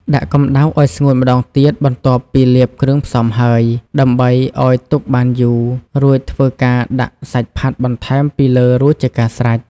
ដាក់កំដៅអោយស្ងួតម្ដងទៀតបន្ទាប់ពីលាបគ្រឿងផ្សំរហើយដើម្បីអោយទុកបានយូរ រួចធ្វើការដាក់សាច់ផាត់បន្ថែមពីលើរួចជាការស្រេច